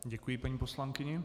Děkuji paní poslankyni.